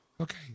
Okay